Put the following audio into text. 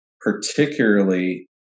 particularly